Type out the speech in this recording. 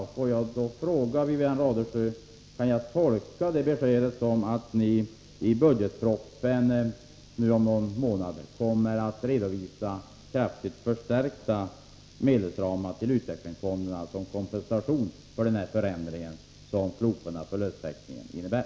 Får jag då fråga Wivi-Anne Radesjö: Kan jag tolka det beskedet så, att ni i budgetpropositionen om någon månad kommer att redovisa kraftigt förstärkta medelsramar för utvecklingsfonderna, som kompensation för den förändring som slopandet av förlusttäckningen innebär?